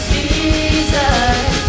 Jesus